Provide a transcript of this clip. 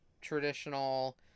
traditional